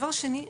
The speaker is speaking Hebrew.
דבר שני,